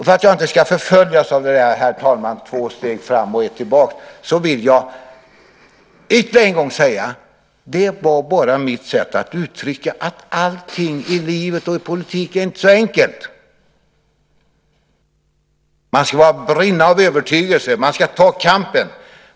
För att inte förföljas, herr talman, av det där med två steg fram och ett tillbaka vill jag ytterligare en gång säga att det var bara mitt sätt att uttrycka att allting i livet och i politiken inte är så enkelt. Man ska brinna av övertygelse. Man ska ta kampen.